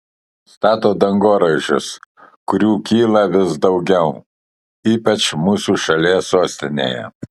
stato dangoraižius kurių kyla vis daugiau ypač mūsų šalies sostinėje